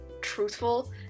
truthful